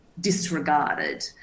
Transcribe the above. disregarded